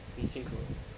很辛苦